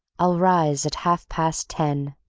i'll rise at half-past ten,